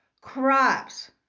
Crops